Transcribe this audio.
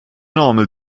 normal